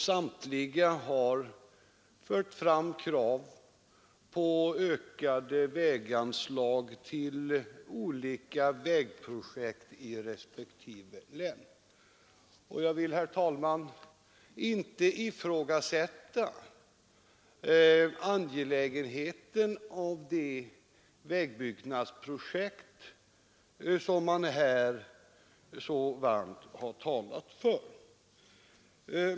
Samtliga har fört fram krav på ökade väganslag till olika vägprojekt i respektive län. Jag vill, herr talman, inte ifrågasätta angelägenheten av de vägbyggnadsprojekt som man här så varmt har talat för.